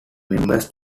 members